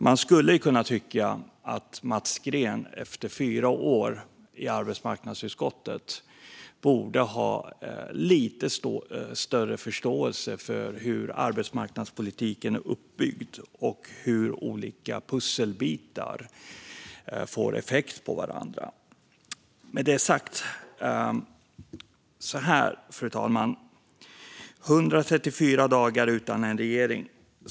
Man skulle kunna tycka att Mats Green efter fyra år i arbetsmarknadsutskottet borde ha lite större förståelse för hur arbetsmarknadspolitiken är uppbyggd och hur olika pusselbitar får effekt av varandra. Fru talman! Med detta sagt: 134 dagar utan en regering.